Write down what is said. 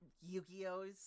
Yu-Gi-Oh's